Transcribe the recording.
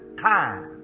time